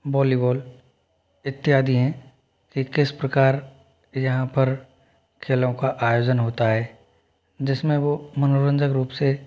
volleyball इत्यादि हैं एक्कीस प्रकार यहाँ पर खेलों का आयोजन होता है जिस में वो मनोरंजक रूप से